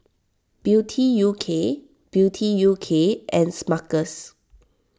Beauty U K Beauty U K and Smuckers